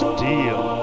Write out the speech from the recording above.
deal